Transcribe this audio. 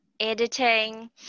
editing